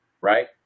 right